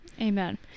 amen